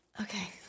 Okay